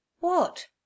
What